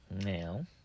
now